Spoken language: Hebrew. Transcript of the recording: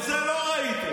את זה לא ראיתם.